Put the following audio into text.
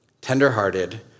tenderhearted